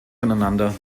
voneinander